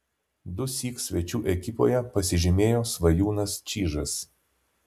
dusyk svečių ekipoje pasižymėjo svajūnas čyžas